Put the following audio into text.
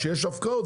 כשיש הפקעות,